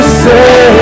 say